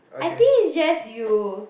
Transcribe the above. I think it's just you